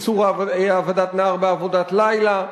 איסור העבדת נער בעבודת לילה,